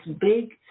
big